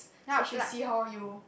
so she see how you